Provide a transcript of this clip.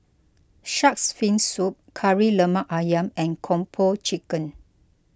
Shark's Fin Soup Kari Lemak Ayam and Kung Po Chicken